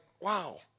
wow